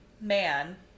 man